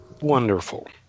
Wonderful